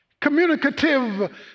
communicative